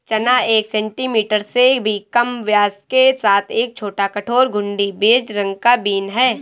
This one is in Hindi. चना एक सेंटीमीटर से भी कम व्यास के साथ एक छोटा, कठोर, घुंडी, बेज रंग का बीन है